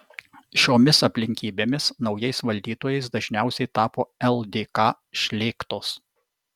šiomis aplinkybėmis naujais valdytojais dažniausiai tapo ldk šlėktos